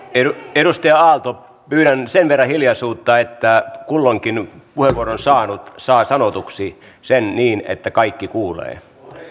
edustaja aalto pyydän sen verran hiljaisuutta että kulloinkin puheenvuoron saanut saa sanotuksi sen niin että kaikki kuulevat